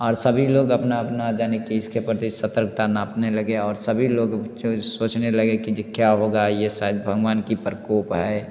और सभी लोग अपना अपना यानि कि इसके प्रति सतर्कता नापने लगे और सभी लोग सोचने लगे कि ये क्या होगा ये शायद भगवान की प्रकोप है